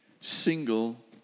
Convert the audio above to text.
single